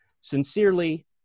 Sincerely